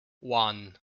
one